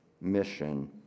mission